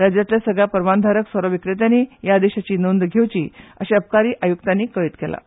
राज्यांतल्या सगल्या परवानोधारक सोरो विक्रेत्यांनी ह्या आदेशाची नोंद घेवची अशें अबकारी आयुक्तांनी कळीत केलां